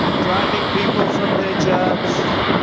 driving people from their jobs.